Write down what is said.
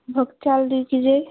ভোগ চাল দুই কেজি